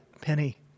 penny